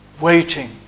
waiting